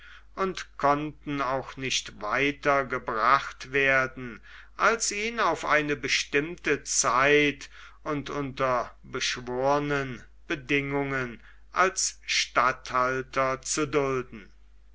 und konnten auch nicht weiter gebracht werden als ihn auf eine bestimmte zeit und unter beschwornen bedingungen als statthalter zu dulden